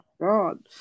God